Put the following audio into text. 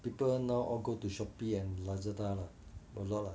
people now all go to Shopee and Lazada lah that's why lah